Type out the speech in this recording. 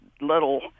little